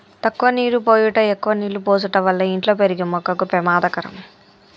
తక్కువ నీరు పోయుట ఎక్కువ నీళ్ళు పోసుట వల్ల ఇంట్లో పెరిగే మొక్కకు పెమాదకరం